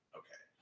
okay